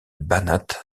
banat